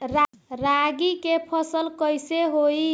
रागी के फसल कईसे होई?